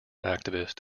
activist